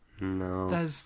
No